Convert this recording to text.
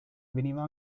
veniva